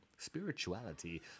Spirituality